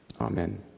Amen